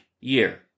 year